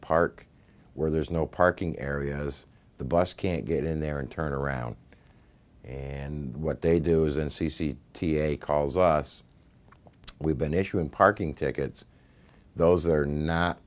park where there's no parking area as the bus can't get in there and turn around and what they do is in c c t a calls us we've been issuing parking tickets those are not